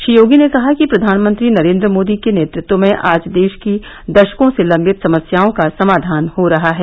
श्री योगी ने कहा कि प्रधानमंत्री नरेंद्र मोदी के नेतृत्व में आज देश की दशकों से लंबित समस्याओं का समाधान हो रहा है